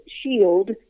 Shield